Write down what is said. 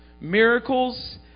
miracles